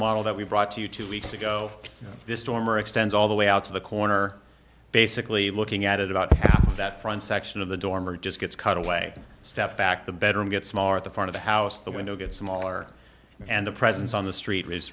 model that we brought to you two weeks ago this storm or extends all the way out to the corner basically looking at it out that front section of the dormer just gets cut away step back the better and get smaller at the front of the house the window gets smaller and the presence on the street